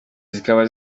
zikaba